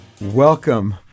Welcome